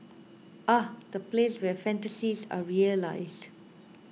ah the place where fantasies are realised